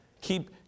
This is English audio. Keep